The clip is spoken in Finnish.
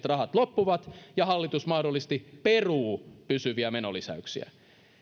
rahat loppuvat ja hallitus mahdollisesti peruu pysyviä menolisäyksiä ja